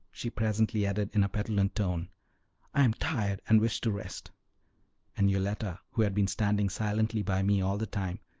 she presently added in a petulant tone i am tired, and wish to rest and yoletta, who had been standing silently by me all the time,